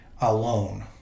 alone